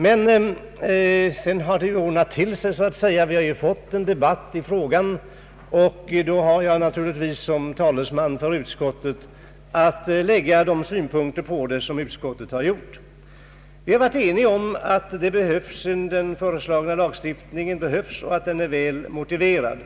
Men sedan har det ordnat till sig, så att säga. Vi har fått debatt i frågan, och då har jag naturligtvis som talesman för utskottet att redovisa de synpunkter på frågan som utskottet har anfört. Utskottet har varit enigt om att den föreslagna lagstiftningen behövs och att den är välmotiverad.